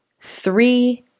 three